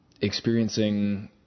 experiencing